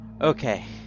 Okay